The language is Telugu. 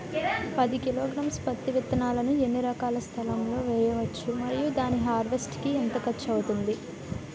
పది కిలోగ్రామ్స్ పత్తి విత్తనాలను ఎన్ని ఎకరాల స్థలం లొ వేయవచ్చు? మరియు దాని హార్వెస్ట్ కి ఎంత ఖర్చు అవుతుంది?